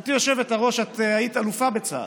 גברתי היושבת-ראש, את היית אלופה בצה"ל.